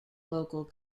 local